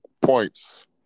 points